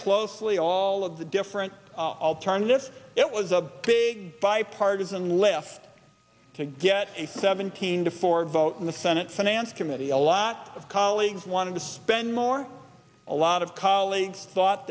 closely all of the different i'll turn this it was a big bipartisan left to get a seventeen to four vote in the senate finance committee a lot of colleagues wanted to spend more a lot of colleagues thought